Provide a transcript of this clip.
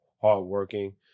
hardworking